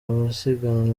abasiganwa